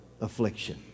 affliction